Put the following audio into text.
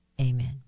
Amen